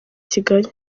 kigali